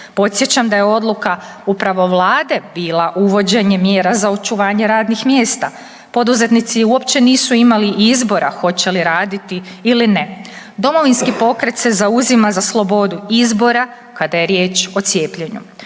Podsjećam da je odluka upravo vlade bila uvođenje mjera za očuvanje radnih mjesta. Poduzetnici uopće nisu imali izbora hoće li raditi ili ne. Domovinski pokret se zauzima za slobodu izbora kada je riječ o cijepljenju.